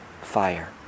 fire